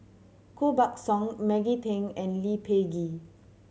Koh Buck Song Maggie Teng and Lee Peh Gee